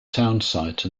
townsite